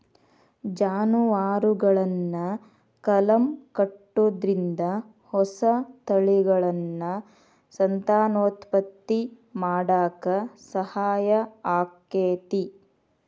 ಜಾನುವಾರುಗಳನ್ನ ಕಲಂ ಕಟ್ಟುದ್ರಿಂದ ಹೊಸ ತಳಿಗಳನ್ನ ಸಂತಾನೋತ್ಪತ್ತಿ ಮಾಡಾಕ ಸಹಾಯ ಆಕ್ಕೆತಿ